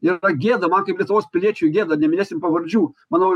yra gėda man kaip lietuvos piliečiui gėda neminėsim pavardžių manau